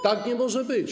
Tak nie może być.